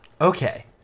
Okay